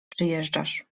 przyjeżdżasz